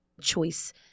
choice